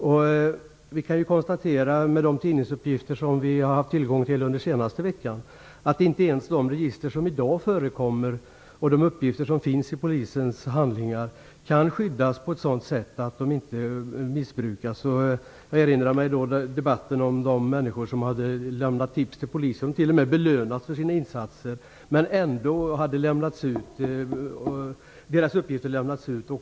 Mot bakgrund av de tidningsuppgifter vi har haft tillgång till under senaste veckan kan vi konstatera att inte ens de register som i dag förekommer och de uppgifter som finns i Polisens handlingar kan skyddas på ett sådant sätt att de inte missbrukas. Jag erinrar mig debatten om de människor som hade lämnat tips till Polisen och t.o.m. belönats för sina insatser. Ändå hade deras uppgifter lämnats ut.